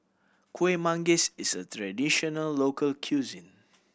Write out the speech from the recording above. Kueh Manggis is a traditional local cuisine